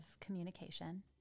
communication